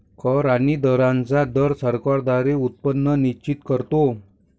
कर आणि दरांचा दर सरकारांचे उत्पन्न निश्चित करतो